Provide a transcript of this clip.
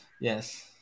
Yes